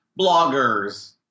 bloggers